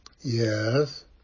Yes